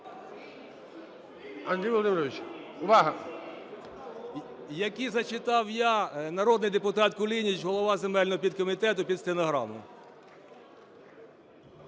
Які зачитав я, народний депутат Кулініч, голова земельного підкомітету, під стенограму.